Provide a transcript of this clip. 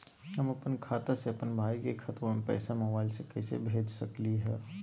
हम अपन खाता से अपन भाई के खतवा में पैसा मोबाईल से कैसे भेज सकली हई?